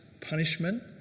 punishment